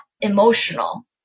emotional